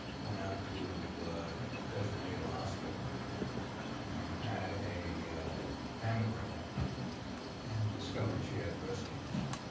went out to bethesda navy hospital and had a mammogram and discovered she had breast cancer.